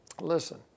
listen